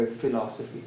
philosophy